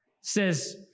Says